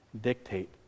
dictate